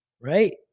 Right